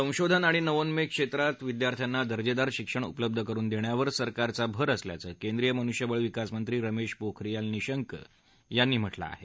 संशोधन आणि नवोन्मेष क्षेत्रात विद्यार्थ्यांना दर्जेदार शिक्षण उपलब्ध करुन देण्यावर सरकारचा भर असल्याचं केंद्रीय मनुष्यबळ विकास मंत्री रमेश पोखरियाल निशंक यांनी म्हटलं आहे